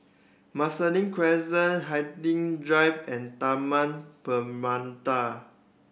Marsiling Crescent Hindhede Drive and Taman Permata